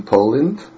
Poland